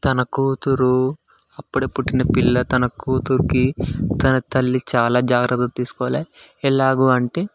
తన కూతురు అప్పుడే పుట్టిన పిల్ల తన కూతురికి తన తల్లి చాలా జాగ్రత్తలు తీసుకోవాలి ఎలాగ అంటే